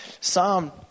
Psalm